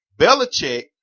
Belichick